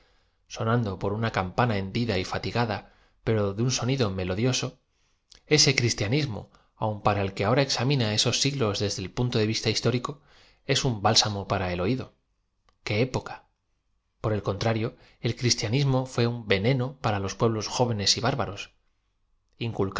sonado por una cam pana hendida fatigada pero de un sonido melodio so eae cristianismo aun para el que ahora examina esos siglos desde e l punto de vista histórico es un bálaamo para el oído iqué épocat p o r el contrario el cristianismo fué un veneno para los pueblos jóvenes y bárbaros